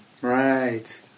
Right